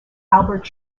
albert